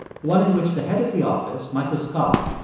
one in which the head of the office, michael scott,